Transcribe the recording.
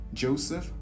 Joseph